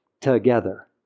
Together